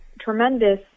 tremendous